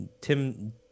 Tim